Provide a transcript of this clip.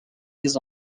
les